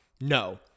No